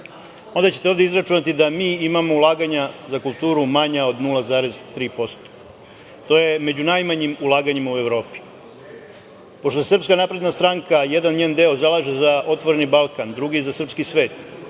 onda ćete ovde izračunati da mi imamo ulaganja za kulturu manja od 0,3%. To je među najmanjim ulaganjima u Evropi. Pošto se u SNS jedan njen deo zalaže za „Otvoreni Balkan“, drugi „srpski svet“,